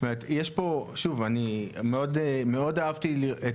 שוב, אני מאוד אהבתי את